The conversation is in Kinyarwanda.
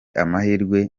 amahirwe